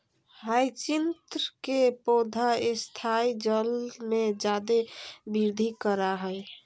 hyacinth के पौधा स्थायी जल में जादे वृद्धि करा हइ